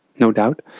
no doubt.